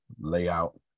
layout